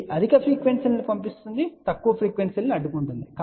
ఇది అధిక ఫ్రీక్వెన్సీ లను పంపిస్తూ తక్కువ ఫ్రీక్వెన్సీ లను అడ్డుకుంటుంది